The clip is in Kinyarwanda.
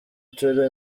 turi